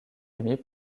émis